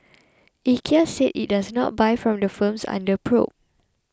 IKEA said it does not buy from the firms under probe